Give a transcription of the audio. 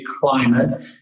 climate